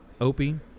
Opie